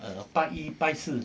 err 拜一拜四